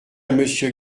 monsieur